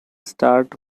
start